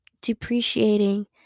depreciating